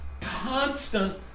constant